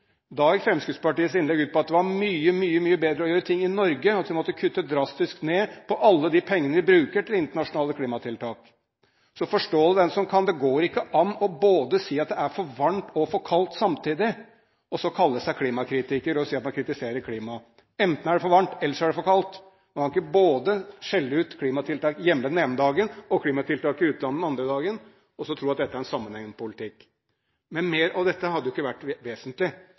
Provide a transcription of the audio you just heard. Da gikk Fremskrittspartiets innlegg ut på at det var mye, mye bedre å gjøre noe i Norge, at vi måtte kutte drastisk ned på alle de pengene vi bruker til internasjonale klimatiltak. Så forstå det den som kan! Det går ikke an å si at det både er for varmt og for kaldt samtidig, og så kalle seg klimakritiker og kritisere klimatiltakene. Enten er det for varmt, eller så er det for kaldt. Man kan ikke både skjelle ut klimatiltak hjemme den ene dagen og klimatiltak i utlandet den andre dagen og tro at det er en sammenhengende politikk. Mer av dette hadde ikke vært vesentlig